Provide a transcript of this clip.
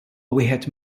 wieħed